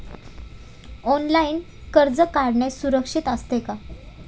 Online कर्ज काढणे सुरक्षित असते का?